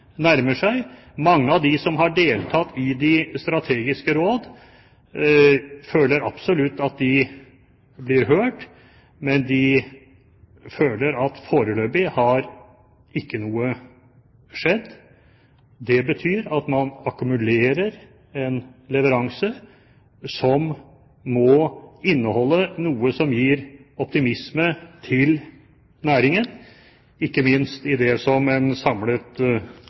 nærmer seg. Mange av dem som har deltatt i de strategiske råd, føler absolutt at de blir hørt, men de føler at foreløpig har ikke noe skjedd. Det betyr at man akkumulerer en leveranse som må inneholde noe som gir optimisme til næringen, ikke minst i det som en samlet